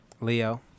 Leo